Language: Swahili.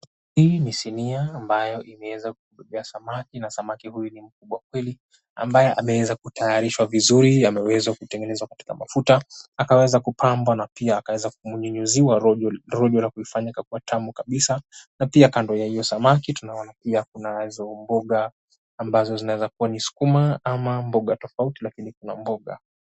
Hii ni sinia ambayo imeweza kuwekwa samaki, na samaki huyu na mkubwa kweli ambae ameweza kutaarishwa vizuri, ameweza kutengezwa kwa mafuta akaweza kupambwa na pia akaweza kunyunyuziwa rojo kuifanya kuwa tamu kabisa na pia kando ya hiyo samaki tunaona pia kunazo mboga ambazo zinaweza kuwa ni sukuma au mboga zingine tofauti lakini kuna mboga.